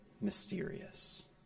mysterious